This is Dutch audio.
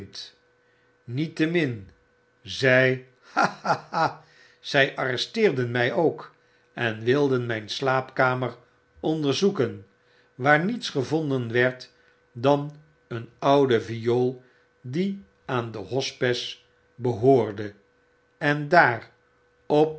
zij arresteerden my ook en wilden myn slaapkamer onderzoeken waar niets gevonden werd dan een oude viool die aan den hospes behoorde en dr